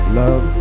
love